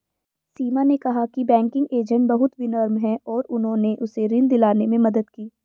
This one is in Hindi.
सीमा ने कहा कि बैंकिंग एजेंट बहुत विनम्र हैं और उन्होंने उसे ऋण दिलाने में मदद की